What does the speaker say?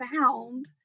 found